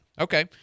Okay